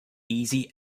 easy